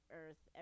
earth